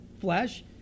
flesh